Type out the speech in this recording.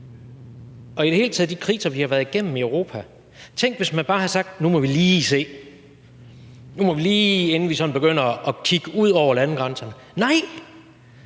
og i det hele taget efter de kriser, vi har været igennem i Europa, bare havde sagt: Nu må vi lige se – nu må vi lige se, inden vi sådan begynder at kigge ud over landegrænserne. Nej,